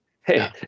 Hey